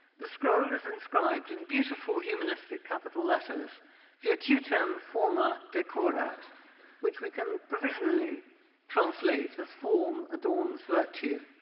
the scroll is inscribed in beautiful humanistic capital letters virtutem forma decorat which we can provisionally translate as form adorns virtue.